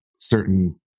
certain